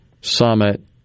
summit